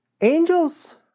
Angels